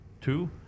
Two